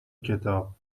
کتاب